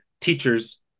teachers